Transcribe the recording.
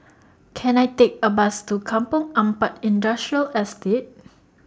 Can I Take A Bus to Kampong Ampat Industrial Estate